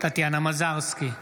טטיאנה מזרסקי,